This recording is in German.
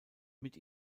mit